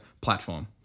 platform